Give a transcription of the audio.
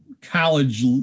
college